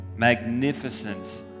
magnificent